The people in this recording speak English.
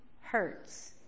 hurts